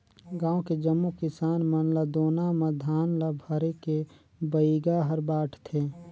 गांव के जम्मो किसान मन ल दोना म धान ल भरके बइगा हर बांटथे